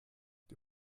die